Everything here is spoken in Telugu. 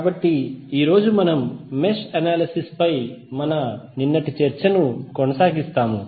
కాబట్టి ఈ రోజు మనం మెష్ అనాలిసిస్ పై మన నిన్నటి చర్చను కొనసాగిస్తాము